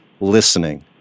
listening